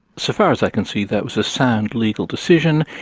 so far as i can see, that was a sound legal decision.